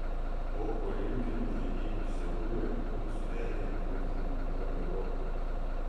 po olimpinių žaidynių seule mums surengė komercinį turą europoje